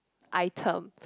item